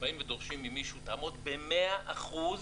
שבאים ודורשים ממישהו תעמוד במאה אחוז